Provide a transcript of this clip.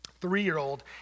three-year-old